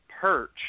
perch